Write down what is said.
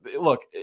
Look